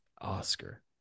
Oscar